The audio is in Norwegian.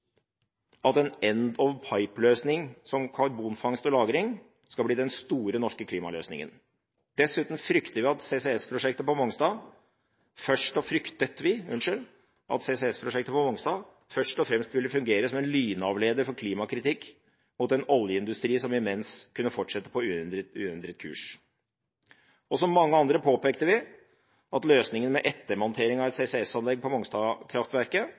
at det er feil at en «end–of–pipe»-løsning som karbonfangst og -lagring skal bli den store norske klimaløsningen. Dessuten fryktet vi at CCS-prosjektet på Mongstad først og fremst ville fungere som en lynavleder for klimakritikk mot en oljeindustri som imens kunne fortsette på uendret kurs. Som mange andre påpekte vi at løsningen med ettermontering av et CCS-anlegg på